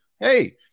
hey